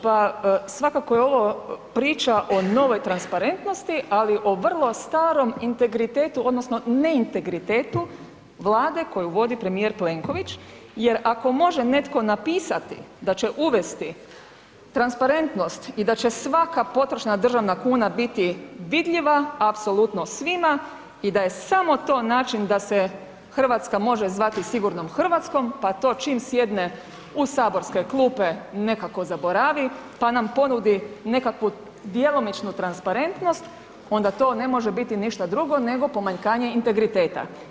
Pa svako koji ovo priča o novoj transparentnosti, ali o vrlo starom integritetu odnosno ne integritetu vlade koju vodi premijer Plenković jer ako može netko napisati da će uvesti transparentnost i da će svaka potrošena državna kuna biti vidljiva apsolutno svima i da je samo to način da se RH može zvati sigurnom RH, pa to čim sjedne u saborske klupe nekako zaboravi, pa nam ponudi nekakvu djelomičnu transparentnost, onda to ne može biti ništa drugo nego pomanjkanje integriteta.